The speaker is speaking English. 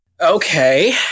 Okay